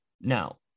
Now